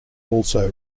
also